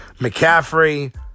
McCaffrey